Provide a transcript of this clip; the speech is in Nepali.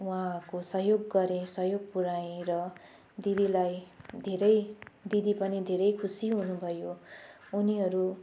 उहाँको सहयोग गरेँ सहयोग पुऱ्याएँ र दिदीलाई धेरै दिदी पनि धेरै खुसी हुनु भयो उनीहरू